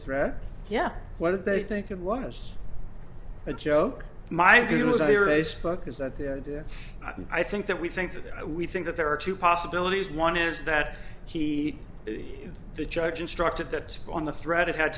threat yeah what did they think it was a joke my view was a race book is that the idea and i think that we think that we think that there are two possibilities one is that he the judge instructed that on the threat it had